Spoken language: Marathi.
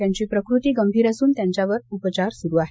त्याची प्रकृती गंभीर असून त्यांच्यावर उपचार सूरु आहेत